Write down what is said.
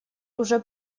уже